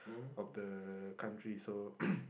of the country so